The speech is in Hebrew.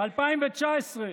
ב-2019,